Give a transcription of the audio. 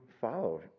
follow